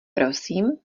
prosím